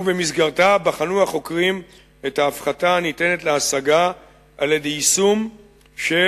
במסגרתה בחנו החוקרים את ההפחתה הניתנת להשגה על-ידי יישום של